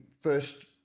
first